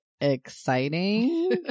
exciting